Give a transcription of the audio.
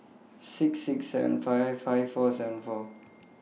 six six seven five five four seven four